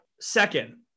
Second